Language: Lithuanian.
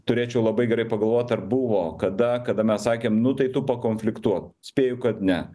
turėčiau labai gerai pagalvot ar buvo kada kada mes sakėm nu tai tu pakonfliktuok spėju kad ne